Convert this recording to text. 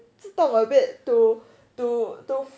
自动 a bit to to to